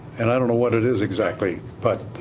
and i don't know what it is exactly. but